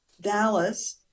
Dallas